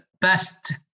best